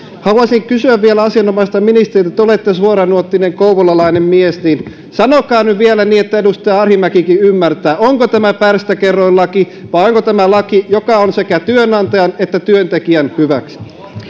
haluaisin kysyä vielä asianomaiselta ministeriltä kun te olette suoranuottinen kouvolalainen mies niin sanokaa nyt vielä niin että edustaja arhinmäkikin ymmärtää onko tämä pärstäkerroinlaki vai onko tämä laki joka on sekä työnantajan että työntekijän hyväksi